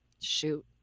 Shoot